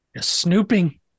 snooping